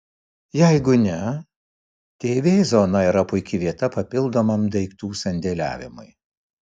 jeigu ne tv zona yra puiki vieta papildomam daiktų sandėliavimui